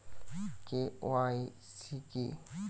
KYC কি?